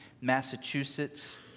Massachusetts